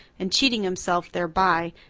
and cheating himself thereby,